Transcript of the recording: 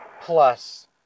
plus